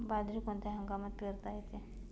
बाजरी कोणत्या हंगामात पेरता येते?